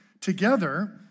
together